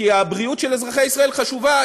כי הבריאות של אזרחי ישראל חשובה,